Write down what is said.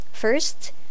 First